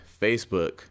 Facebook